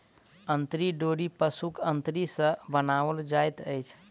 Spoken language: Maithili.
अंतरी डोरी पशुक अंतरी सॅ बनाओल जाइत अछि